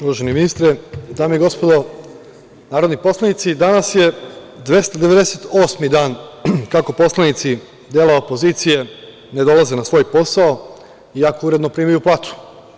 Uvaženi ministre, dame i gospodo narodni poslanici, danas je 298 dan kako poslanici dela opozicije ne dolaze na svoj posao, iako uredno primaju platu.